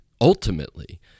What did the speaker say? ultimately